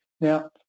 Now